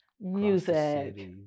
music